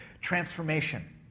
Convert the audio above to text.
transformation